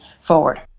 forward